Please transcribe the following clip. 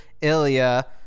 Ilya